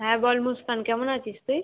হ্যাঁ বল মুসকান কেমন আছিস তুই